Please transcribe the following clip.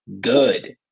good